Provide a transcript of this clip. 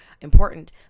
important